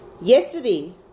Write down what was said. Yesterday